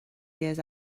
years